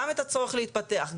גם את הצורך להתפתח,